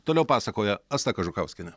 toliau pasakoja asta kažukauskienė